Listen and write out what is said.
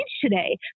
today